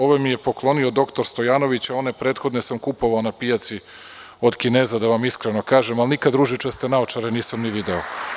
Ove mi je poklonio doktor Stojanović, a one prethodne sam kupovao na pijaci od Kineza, da vam iskreno kažem, ali nikad ružičaste naočare nisam ni video.